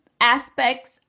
aspects